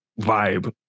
vibe